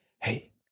Hey